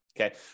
okay